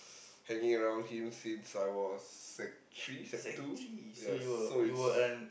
s~ hanging around him since I was sec three sec two yes so it's